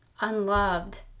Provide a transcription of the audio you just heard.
unloved